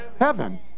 Heaven